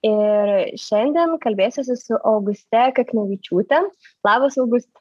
ir šiandien kalbėsiuosi su auguste kaknevičiūte lavos auguste